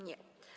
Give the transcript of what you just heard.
Nie.